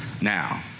now